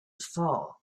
fall